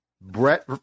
Brett